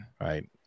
right